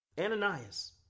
Ananias